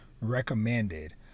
recommended